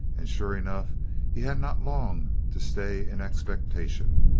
and sure enough he had not long to stay in expectation.